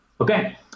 Okay